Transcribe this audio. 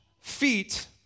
feet